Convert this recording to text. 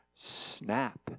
Snap